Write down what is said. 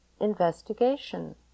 investigation